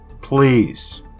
please